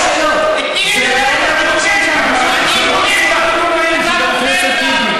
זו לא מסיבת עיתונאים, חבר הכנסת טיבי.